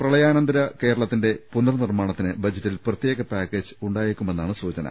പ്രളയാനന്തര കേരളത്തിന്റെ പുനർനിർമ്മാണത്തിന് ബജറ്റിൽ പ്രത്യേക പാക്കേജ് ഉണ്ടായേക്കുമെന്നാണ് സൂചന